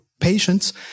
patients